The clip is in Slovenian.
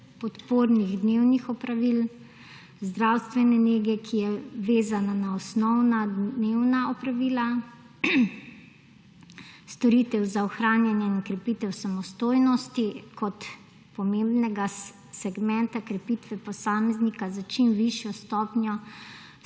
podpornih dnevnih opravil, zdravstvene nege, ki je vezana na osnovna dnevna opravila, storitev za ohranjanje in krepitev samostojnosti kot pomembnega segmenta krepitve posameznika s čim večjo stopnjo sposobnosti